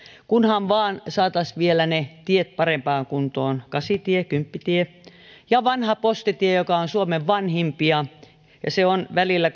kunhan vain saataisiin vielä ne tiet parempaan kuntoon kasitie kymppitie ja vanha postitie joka on suomen vanhimpia ja on välillä